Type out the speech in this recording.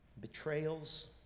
betrayals